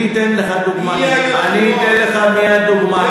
אני אתן לך דוגמה, אני אתן לך מייד דוגמה.